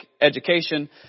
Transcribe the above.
education